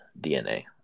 DNA